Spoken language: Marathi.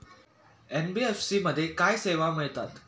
एन.बी.एफ.सी मध्ये काय सेवा मिळतात?